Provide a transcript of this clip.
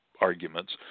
Arguments